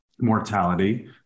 mortality